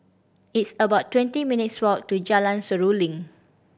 it's about twenty minutes' walk to Jalan Seruling